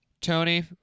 Tony